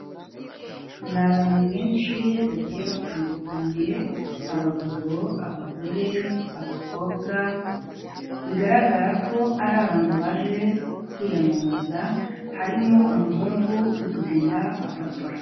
Ni abantu benshi bagiye batandukanyiye abagabo, abagore, abakobwa bigaragara ko ari abantu baje kwiyamamaza harimo umuhungu uri kugenda afotora.